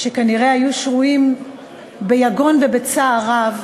שכנראה היו שרויים ביגון ובצער רב,